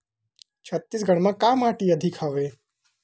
छत्तीसगढ़ म का माटी अधिक हवे?